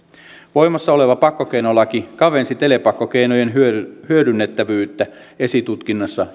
voimassa oleva pakkokeinolaki kavensi telepakkokeinojen hyödynnettävyyttä esitutkinnassa